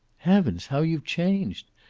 heavens, how you've changed!